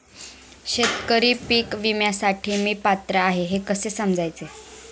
शेतकरी पीक विम्यासाठी मी पात्र आहे हे कसे समजायचे?